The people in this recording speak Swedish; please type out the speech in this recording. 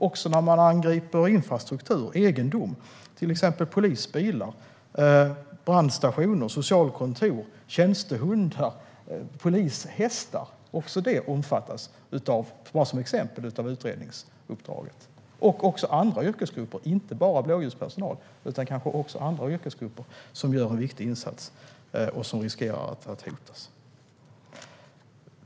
Också angrepp mot infrastruktur och egendom, till exempel polisbilar, brandstationer, socialkontor, tjänstehundar och polishästar, omfattas av utredningsuppdraget. Det gäller inte bara blåljuspersonal utan också andra yrkesgrupper som gör en viktig insats och som riskerar att hotas.